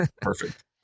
Perfect